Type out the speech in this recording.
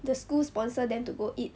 the school sponsor them to go eat